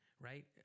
right